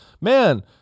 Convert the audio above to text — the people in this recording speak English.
man